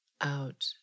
out